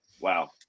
wow